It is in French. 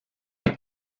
est